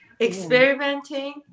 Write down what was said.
Experimenting